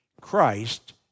Christ